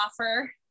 offer